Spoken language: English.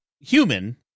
human